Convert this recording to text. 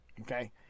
Okay